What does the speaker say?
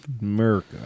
America